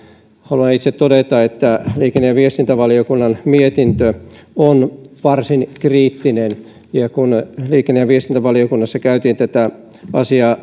haluan itse todeta että liikenne ja viestintävaliokunnan mietintö on varsin kriittinen ja kun liikenne ja viestintävaliokunnassa käytiin tätä asiaa